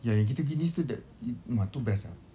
ya yang kita gi nice tu the ah tu best ah